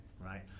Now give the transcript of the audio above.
right